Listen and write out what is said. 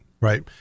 right